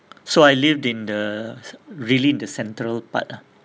so I lived in the really the central part ah